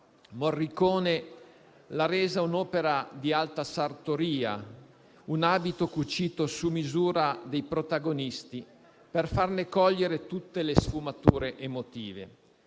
Morricone l'ha resa un'opera di alta sartoria, un abito cucito su misura dei protagonisti per farne cogliere tutte le sfumature emotive.